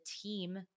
team